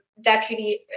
Deputy